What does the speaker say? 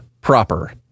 proper